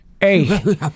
Hey